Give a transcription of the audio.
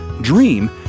dream